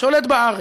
שולט בארץ.